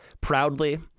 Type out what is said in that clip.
Proudly